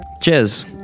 Cheers